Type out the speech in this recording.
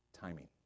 timing